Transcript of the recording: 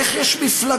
איך יש מפלגה